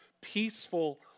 peaceful